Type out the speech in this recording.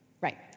Right